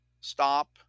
stop